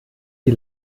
die